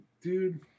dude